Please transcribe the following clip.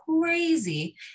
crazy